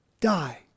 die